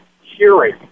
hearing